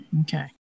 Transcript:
okay